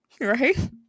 right